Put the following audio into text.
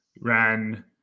ran